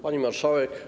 Pani Marszałek!